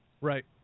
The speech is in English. Right